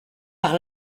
par